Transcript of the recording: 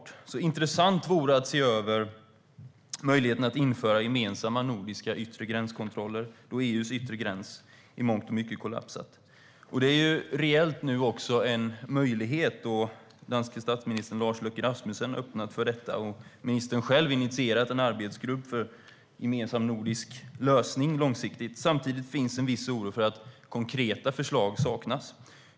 Det vore intressant att se över möjligheten att införa gemensamma nordiska yttre gränskontroller eftersom EU:s yttre gräns i mångt och mycket kollapsat. Det är nu reellt en möjlighet eftersom den danske statsministern Lars Løkke Rasmussen har öppnat för förslaget. Ministern har själv initierat en arbetsgrupp för en långsiktig gemensam nordisk lösning. Samtidigt finns en viss oro för att konkreta förslag saknas.